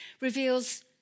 reveals